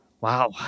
Wow